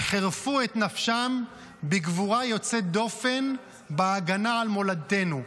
וחירפו את נפשם בגבורה יוצאת דופן בהגנה על מולדתנו.